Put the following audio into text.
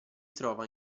trova